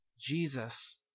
Jesus